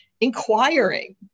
inquiring